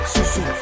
Susu